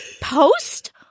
post